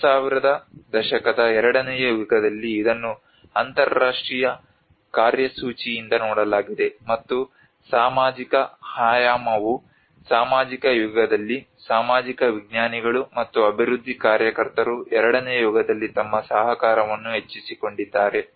2000 ದ ದಶಕದ ಎರಡನೆಯ ಯುಗದಲ್ಲಿ ಇದನ್ನು ಅಂತರರಾಷ್ಟ್ರೀಯ ಕಾರ್ಯಸೂಚಿಯಿಂದ ನೋಡಲಾಗಿದೆ ಮತ್ತು ಸಾಮಾಜಿಕ ಆಯಾಮವು ಸಾಮಾಜಿಕ ಯುಗದಲ್ಲಿ ಸಾಮಾಜಿಕ ವಿಜ್ಞಾನಿಗಳು ಮತ್ತು ಅಭಿವೃದ್ಧಿ ಕಾರ್ಯಕರ್ತರು ಎರಡನೇ ಯುಗದಲ್ಲಿ ತಮ್ಮ ಸಹಕಾರವನ್ನು ಹೆಚ್ಚಿಸಿಕೊಂಡಿದ್ದಾರೆ